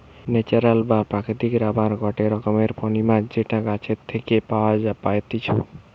natural বা প্রাকৃতিক rubber গটে রকমের পলিমার যেটা গাছের থেকে পাওয়া পাত্তিছু